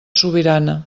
sobirana